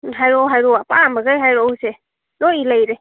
ꯍꯥꯏꯔꯛꯑꯣ ꯍꯥꯏꯔꯛꯑꯣ ꯑꯄꯥꯝꯕꯈꯩ ꯍꯥꯏꯔꯛꯎꯁꯦ ꯂꯣꯏ ꯂꯩꯔꯦ